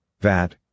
VAT